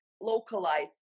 localized